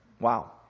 Wow